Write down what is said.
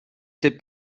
ses